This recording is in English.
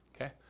okay